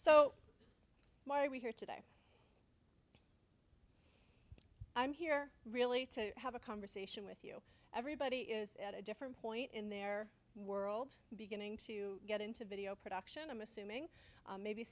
so why are we here today i'm here really to have a conversation with you everybody is at a different point in their world beginning to get into video production i'm assuming maybe